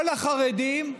כל החרדים,